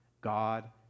God